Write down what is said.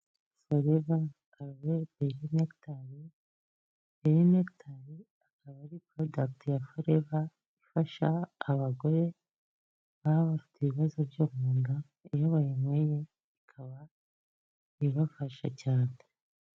Seliva cariveri elinekitari akaba ari purodakiti ya foreva, ifasha abagore baba bafite ibibazo byo mu nda, iyo bayinyweye ikaba ibafasha cyane.